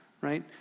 Right